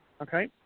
Okay